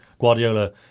Guardiola